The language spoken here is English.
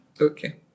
Okay